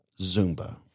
Zumba